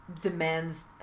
Demands